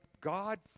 God